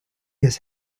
his